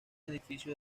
edificio